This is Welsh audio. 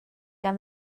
gan